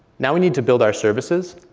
now we need to build our services.